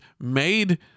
made